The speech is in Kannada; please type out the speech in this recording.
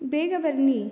ಬೇಗ ಬನ್ನಿ